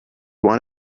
want